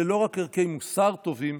אלה לא רק ערכי מוסר טובים,